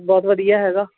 ਬਹੁਤ ਵਧੀਆ ਹੈਗਾ